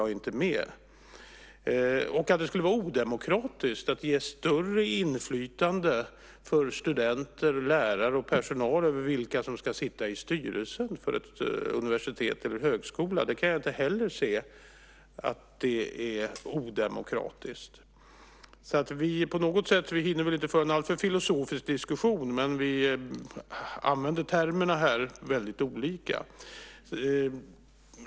Jag kan inte heller se att det skulle vara odemokratiskt att ge större inflytande för studenter, lärare och personal över vilka som ska sitta i styrelsen för ett universitet eller en högskola. Vi hinner inte föra en alltför filosofisk diskussion, men vi använder termerna väldigt olika här.